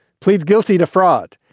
pleads guilty to fraud.